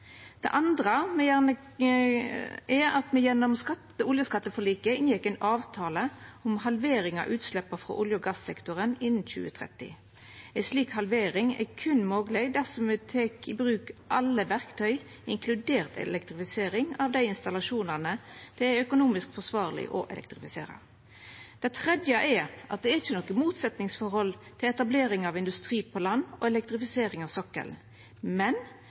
Det andre er at me gjennom oljeskatteforliket inngjekk ein avtale om ei halvering av utsleppa frå olje- og gassektoren innan 2030. Ei slik halvering er berre mogleg dersom me tek i bruk alle verkty – inkludert elektrifisering av dei installasjonane det er økonomisk forsvarleg å elektrifisera. Det tredje er at det ikkje er noko motsetningsforhold mellom etablering av industri på land og elektrifisering av sokkelen. Men